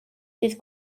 ddydd